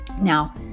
now